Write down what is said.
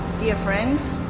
dear friends.